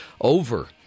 over